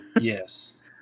Yes